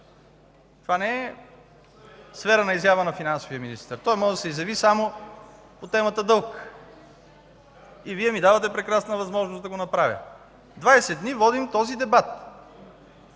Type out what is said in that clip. Това не е сфера на изява на финансовия министър. Той може да се изяви само по темата дълг. И Вие ми давате прекрасна възможност да го направя. Двадесет дни водим този дебат!